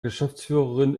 geschäftsführerin